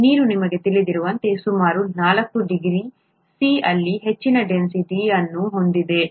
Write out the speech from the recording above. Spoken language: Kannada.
ನೀರು ನಮಗೆ ತಿಳಿದಿರುವಂತೆ ಸುಮಾರು 4 ಡಿಗ್ರಿ C ಅಲ್ಲಿ ಹೆಚ್ಚಿನ ಡೆನ್ಸಿಟಿ ಅನ್ನು ಹೊಂದಿದೆ